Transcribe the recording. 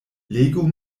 legu